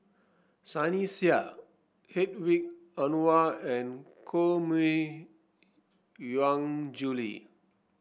Sunny Sia Hedwig Anuar and Koh Mui Hiang Julie